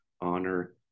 honor